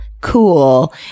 Cool